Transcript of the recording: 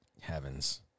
heavens